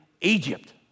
Egypt